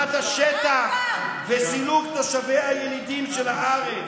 העברת השטח וסילוק תושביה הילידים של הארץ,